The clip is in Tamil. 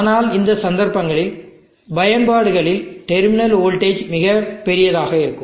ஆனால் இந்த சந்தர்ப்பங்களில் பயன்பாடுகளில் டெர்மினல் வோல்டேஜ் மிகப் பெரியதாக இருக்கும்